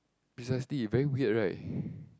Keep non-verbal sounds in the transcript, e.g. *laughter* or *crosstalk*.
precisely very weird right *breath*